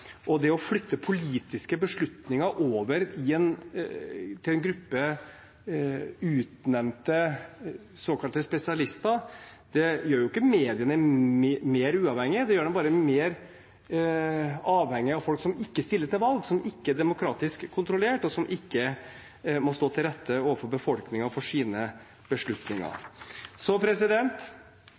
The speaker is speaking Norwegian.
Det å flytte politiske beslutninger over til en gruppe utnevnte såkalte spesialister gjør jo ikke mediene mer uavhengig, det gjør dem bare mer avhengig av folk som ikke stiller til valg, som ikke er demokratisk kontrollert, og som ikke må stå til rette overfor befolkningen for sine beslutninger. Så